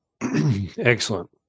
Excellent